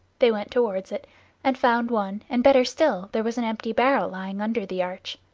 they went towards it and found one, and, better still, there was an empty barrel lying under the arch.